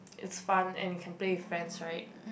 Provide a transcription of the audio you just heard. it's fun and you can play with friends right